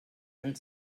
and